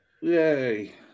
Yay